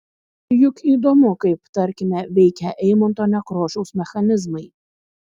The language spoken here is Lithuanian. juk įdomu kaip tarkime veikia eimunto nekrošiaus mechanizmai